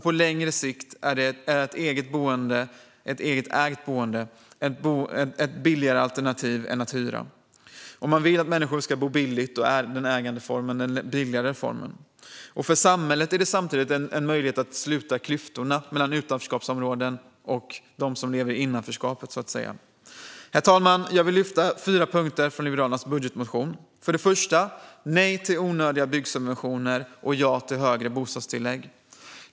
På längre sikt är ett eget ägt boende ett billigare alternativ än ett som man hyr. Vill vi att människor ska bo billigt är ägande den billigare formen. För samhället är detta samtidigt en möjlighet att sluta klyftorna mellan dem som lever i utanförskapsområdena och, så att säga, i innanförskapet. Herr talman! Jag vill lyfta fram fyra punkter från Liberalernas budgetmotion. För det första: nej till onödiga byggsubventioner och ja till högre bostadstillägg.